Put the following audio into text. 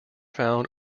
found